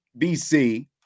BC